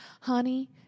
honey